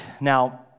Now